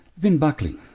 vin buckley,